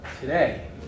today